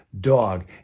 dog